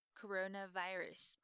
coronavirus，